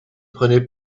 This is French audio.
prenaient